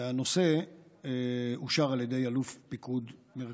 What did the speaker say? הנושא אושר על ידי אלוף פיקוד מרכז.